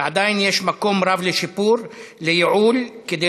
ועדיין יש מקום רב לשיפור ולייעול כדי